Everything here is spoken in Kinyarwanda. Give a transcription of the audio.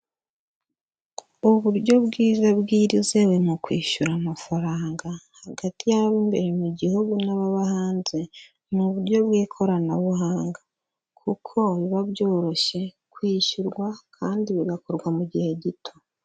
Uburyo bwiza bwizewe mu kwishyura amafaranga, hagati yababa imbere mu gihugu n'ababa hanze, ni uburyo bw'ikoranabuhanga, kuko biba byoroshye kwishyurwa kandi bigakorwa mu gihe gito.